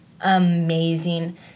amazing